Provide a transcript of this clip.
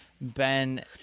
Ben